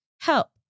Help